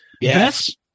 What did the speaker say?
Yes